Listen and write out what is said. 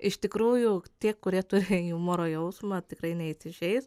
iš tikrųjų tie kurie turi humoro jausmą tikrai neįsižeis